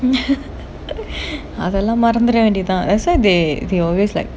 அதையெல்லாம் மறந்துற வேண்டியது தான்:athaelaam maranthura vendiyathu thaan that's why they they always like